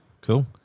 Cool